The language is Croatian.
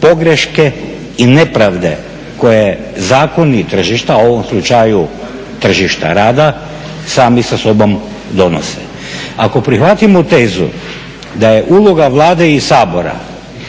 pogreške i nepravde koje zakoni tržišta, u ovom slučaju tržišta rada, sami sa sobom donose. Ako prihvatimo tezu da je uloga Vlade i Sabora